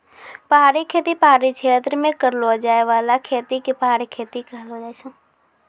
पहाड़ी खेती पहाड़ी क्षेत्र मे करलो जाय बाला खेती के पहाड़ी खेती कहलो जाय छै